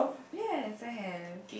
yes I have